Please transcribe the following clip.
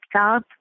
job